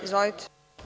Izvolite.